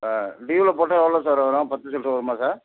டீவ்வில் போட்டால் எவ்வளோ சார் வரும் பத்து சில்லர வருமா சார்